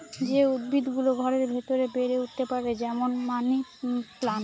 যে উদ্ভিদ গুলো ঘরের ভেতরে বেড়ে উঠতে পারে, যেমন মানি প্লান্ট